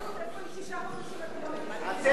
איפה היא תשעה חודשים, אתם לא, אתם משהו.